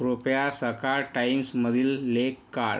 कृपया सकाळ टाइम्समधील लेख काढ